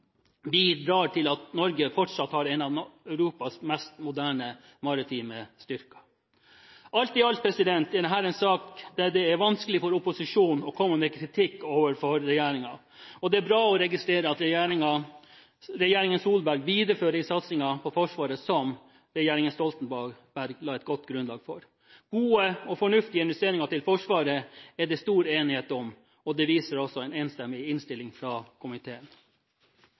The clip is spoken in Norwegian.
bidrar til at Norge fortsatt har en av Europas mest moderne maritime styrker. Alt i alt er dette en sak der det er vanskelig for opposisjonen å komme med kritikk overfor regjeringen. Det er bra å registrere at regjeringen Solberg viderefører satsingen på Forsvaret som regjeringen Stoltenberg la et godt grunnlag for. Gode og fornuftige investeringer i Forsvaret er det stor enighet om. Det viser også en enstemmig innstilling fra komiteen.